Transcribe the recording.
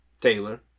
Taylor